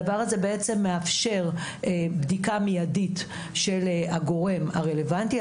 הדבר הזה בעצם מאפשר בדיקה מיידית של הגורם הרלוונטי,